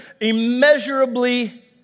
immeasurably